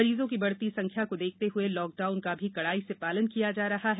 मरीजों की बढ़ती संख्या को देखते हए लॉकडाउन का भी कड़ाई से पालन किया जा रहा है